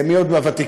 מי עוד מהוותיקים?